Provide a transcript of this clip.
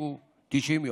שהוא 90 יום.